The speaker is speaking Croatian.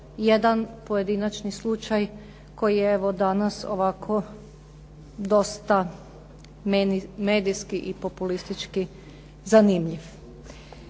jedan pojedinačni slučaj koji je evo danas ovako dosta meni medijski i populistički zanimljiv.